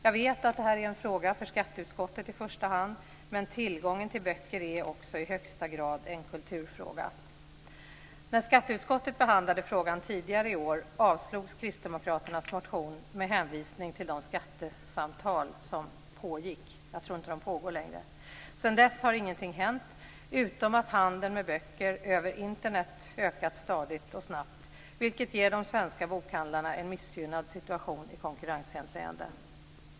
Jag vet att det här i första hand är en fråga för skatteutskottet, men tillgången till böcker är också i högsta grad en kulturfråga. När skatteutskottet behandlade frågan tidigare i år avstyrktes kristdemokraternas motion med hänvisning till de skattesamtal som pågick. Jag tror inte att de pågår längre. Sedan dess har ingenting hänt utom att handeln med böcker över Internet har ökat stadigt och snabbt, vilket ger de svenska bokhandlarna en missgynnad situation i konkurrenshänseende.